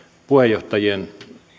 puheenjohtajien